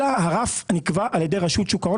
אלא הרף נקבע על ידי רשות שוק ההון